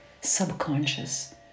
subconscious